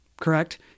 correct